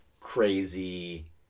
crazy